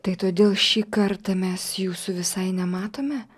tai todėl šį kartą mes jūsų visai nematome